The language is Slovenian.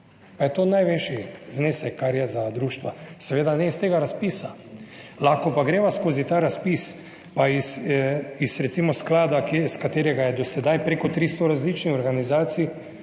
pa je to največji znesek, kar je za društva. Seveda ne iz tega razpisa, lahko pa greva skozi ta razpis, pa iz, recimo, sklada, ki je, iz katerega je do sedaj preko 300 različnih organizacij